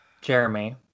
Jeremy